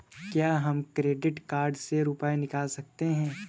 क्या हम credit card से रुपये निकाल सकते हैं?